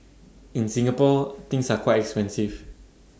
in Singapore things are quite expensive